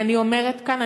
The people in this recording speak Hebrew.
ואני אומרת כאן,